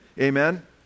Amen